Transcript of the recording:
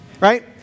right